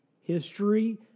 History